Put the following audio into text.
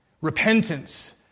Repentance